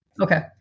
Okay